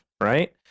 right